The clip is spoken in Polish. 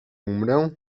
umrę